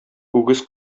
үгез